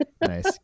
nice